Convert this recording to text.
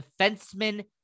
defenseman